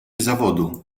zawodu